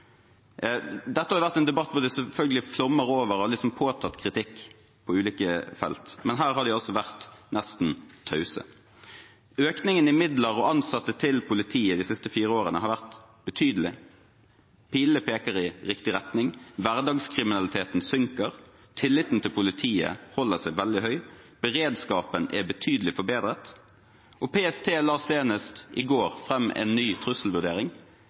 Dette har vært en debatt der det selvfølgelig flommer over av en slags påtatt kritikk på ulike felt, men her har de altså vært nesten tause. Økningen i midler og ansatte til politiet de siste fire årene har vært betydelig, pilene peker i riktig retning, hverdagskriminaliteten synker, tilliten til politiet holder seg veldig høy, beredskapen er betydelig forbedret, og PST la senest i går fram en ny trusselvurdering